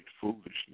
foolishness